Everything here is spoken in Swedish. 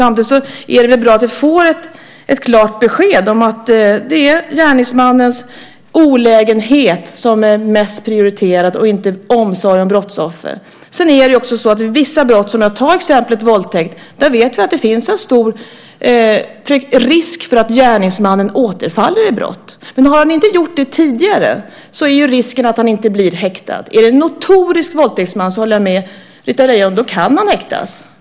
Samtidigt är det väl bra att vi får ett klart besked: Det är gärningsmannens olägenhet som är mest prioriterad, inte omsorgen om brottsoffret. När det gäller vissa brott, exempelvis våldtäkter, vet vi att risken är stor att gärningsmannen återfaller i brott. Har han inte gjort det tidigare finns risken att han inte blir häktad. Är det fråga om en notorisk våldtäktsman kan vederbörande häktas; där håller jag med Britta Lejon.